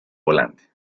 volante